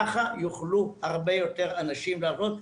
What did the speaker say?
ככה יוכלו הרבה יותר אנשים לעבוד.